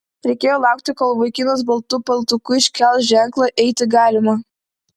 reikėjo laukti kol vaikinas baltu paltuku iškels ženklą eiti galima